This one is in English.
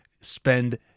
spend